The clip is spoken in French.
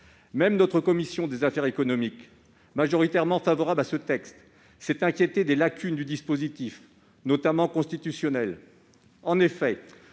Même notre commission des affaires économiques, majoritairement favorable à ce texte, s'est inquiétée des lacunes du dispositif, notamment d'un point de vue constitutionnel. En effet,